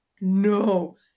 no